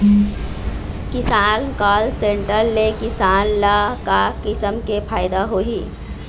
किसान call centre ले किसान ल का किसम के फायदा होही?